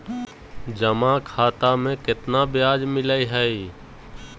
जमा खाता में केतना ब्याज मिलई हई?